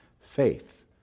faith